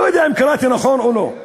לא יודע אם קראתי נכון או לא,